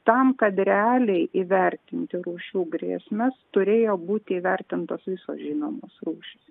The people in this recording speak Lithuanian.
tam kad realiai įvertinti rūšių grėsmes turėjo būti įvertintos visos žinomos rūšys